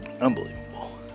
Unbelievable